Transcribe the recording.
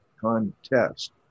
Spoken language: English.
contest